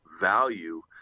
value